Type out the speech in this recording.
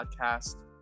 Podcast